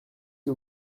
que